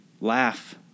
Laugh